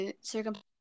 circumstance